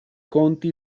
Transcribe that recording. county